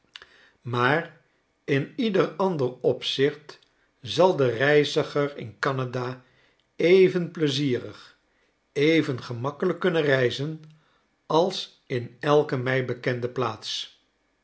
maar in ieder ander opzicht zal de reiziger in c a n a d a even plezierig even gemakkelijk kunnen reizen als in elke mij bekende plaats